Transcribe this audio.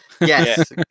Yes